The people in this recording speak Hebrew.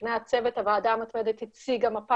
בפני הצוות הוועדה המתמדת הציגה מפה